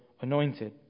anointed